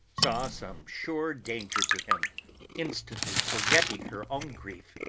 saw some sure danger to him instantly forgetting her own grief,